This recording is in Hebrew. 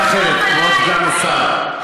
סגן השר,